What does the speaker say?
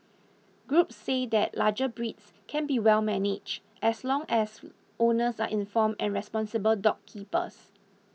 groups say that larger breeds can be well managed as long as owners are informed and responsible dog keepers